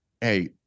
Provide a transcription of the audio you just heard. hey